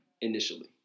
initially